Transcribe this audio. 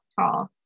tall